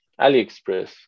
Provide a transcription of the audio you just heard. AliExpress